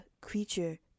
creature